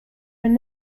were